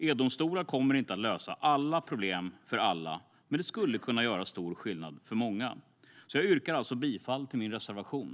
Edomstolar kommer inte att lösa alla problem för alla men skulle kunna göra stor skillnad för många. Jag yrkar alltså bifall till min reservation.